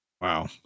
Wow